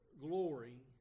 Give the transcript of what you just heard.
glory